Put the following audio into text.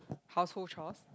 household chores